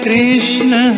Krishna